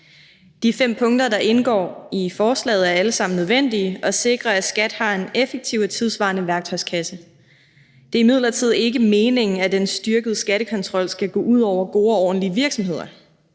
De fem punkter, der indgår i forslaget, er alle sammen nødvendige og sikrer, at skattevæsenet har en effektiv og tidssvarende værktøjskasse. Det er imidlertid ikke meningen, at den styrkede skattekontrol skal gå ud over gode og ordentlige virksomheder.